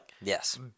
Yes